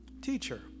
teacher